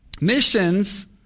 Missions